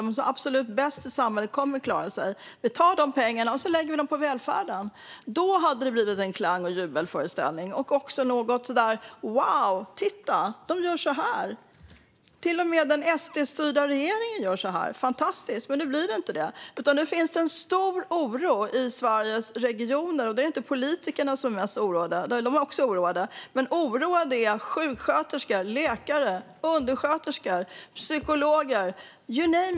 De som har det absolut bäst i samhället kommer att klara sig. Vi tar dessa pengar och lägger dem på välfärden i stället! Då hade det blivit en klang och jubelföreställning. Då hade man kunnat säga: Wow, titta, de gör så här! Till och med den SD-styrda regeringen gör så här - det är fantastiskt! Men nu blir det inte så. Nu finns det i stället en stor oro i Sveriges regioner, och det är inte politikerna som är mest oroade. De är också oroade, men mest oroade är sjuksköterskor, läkare, undersköterskor, psykologer - you name it!